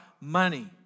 money